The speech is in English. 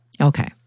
Okay